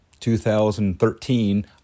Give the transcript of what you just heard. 2013